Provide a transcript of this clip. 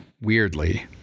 weirdly